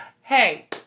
Hey